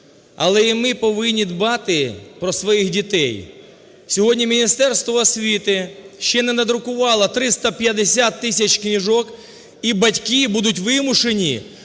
Але і ми повинні дбати про своїх дітей. Сьогодні Міністерство освіти ще не надрукувало 350 тисяч книжок, і батьки будуть вимушені